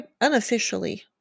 unofficially